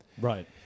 Right